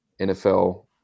NFL